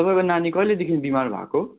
तपाँईको नानी कहिलेदेखि बिमार भएको